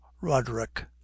roderick